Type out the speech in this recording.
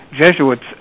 Jesuits